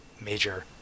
major